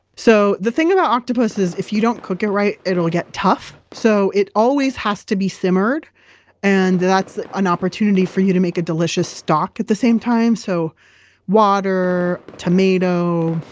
so the thing about octopus is if you don't cook it right, it'll get tough. so it always has to be simmered and that's an opportunity for you to make a delicious stock at the same time. so water, tomato,